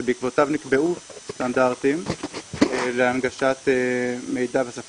שבעקבותיו נקבעו סטנדרטים להנגשת מידע בשפה